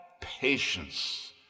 patience